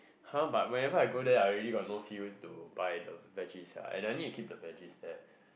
!huh! but whenever I go there I already I got no feel to buy the veggie sia and I need to keep the veggie there